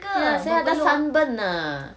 ya saya ada sunburn ah